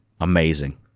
amazing